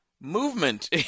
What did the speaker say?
movement